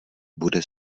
bude